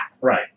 Right